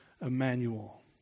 Emmanuel